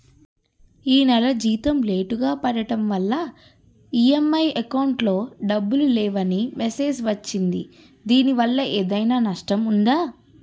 ఈ నెల జీతం లేటుగా పడటం వల్ల ఇ.ఎం.ఐ అకౌంట్ లో డబ్బులు లేవని మెసేజ్ వచ్చిందిదీనివల్ల ఏదైనా నష్టం ఉందా?